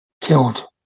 killed